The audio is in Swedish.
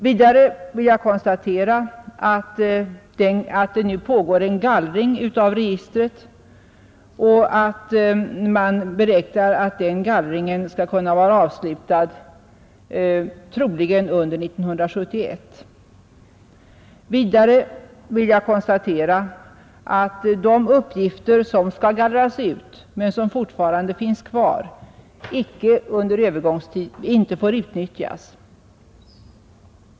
Vidare vill jag konstatera att det nu pågår en gallring av registret och att man beräknar att den skall kunna vara avslutad troligen under 1971. De uppgifter som skall gallras ut men som fortfarande finns kvar får inte utnyttjas.